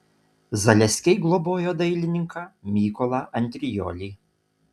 zaleskiai globojo dailininką mykolą andriolį